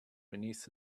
beneath